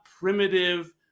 primitive